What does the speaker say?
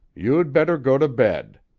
you'd better go to bed.